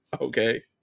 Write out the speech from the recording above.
Okay